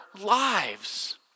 lives